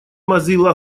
mozilla